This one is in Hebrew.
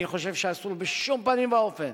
אני חושב שאסור בשום פנים ואופן,